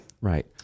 Right